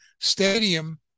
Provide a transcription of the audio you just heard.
stadium